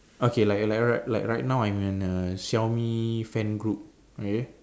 okay like like ri~ like right now I'm in a Xiaomi fan group okay